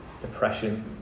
Depression